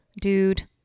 Dude